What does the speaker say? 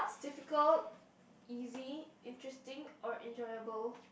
difficult easy interesting or enjoyable